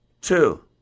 Two